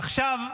עכשיו,